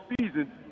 season